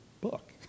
book